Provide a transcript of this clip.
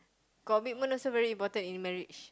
commitment also very important in marriage